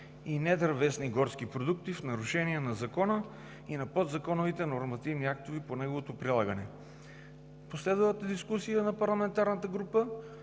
и недървесни горски продукти, в нарушение на Закона и на подзаконовите актове по неговото прилагане. В последвалата дискусия от парламентарната група